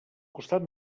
costat